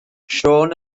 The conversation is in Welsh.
siôn